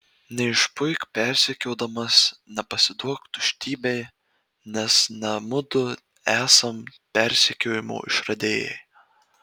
neišpuik persekiodamas nepasiduok tuštybei nes ne mudu esam persekiojimo išradėjai